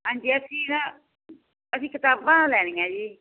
ਹਾਂਜੀ ਅਸੀਂ ਨਾ ਅਸੀਂ ਕਿਤਾਬਾਂ ਲੈਣੀਆਂ ਜੀ